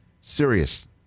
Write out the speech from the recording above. Serious